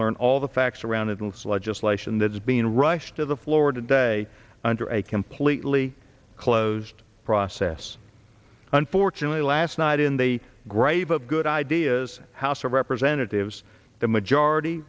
learn all the facts around adults legislation that is being rushed to the floor today under a completely closed process unfortunately last night in the grave of good ideas house of representatives the majority